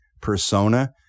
persona